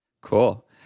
Cool